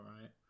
right